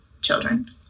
children